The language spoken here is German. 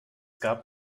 gab